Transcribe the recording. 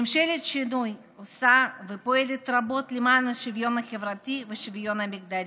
ממשלת השינוי עושה ופועלת רבות למען השוויון החברתי ושוויון המגדרים.